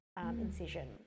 incision